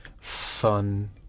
fun